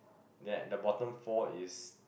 that the bottom four is